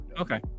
Okay